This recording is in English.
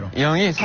yeonjun